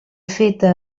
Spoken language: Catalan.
feta